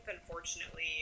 unfortunately